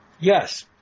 Yes